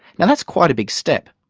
now that's quite a big step.